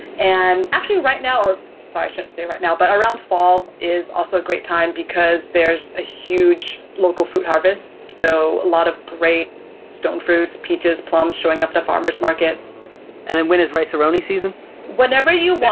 and actually right now or so i shouldn't say right now, but around fall is also a great time because there's a huge local food harvest, so a lot of great stone fruits, peaches, plums showing up to farmers market. seth and and when is rice-a-roni season? anita whenever you want,